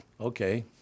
Okay